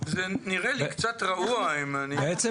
זה נראה לי קצת רעוע --- בעצם,